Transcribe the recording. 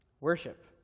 worship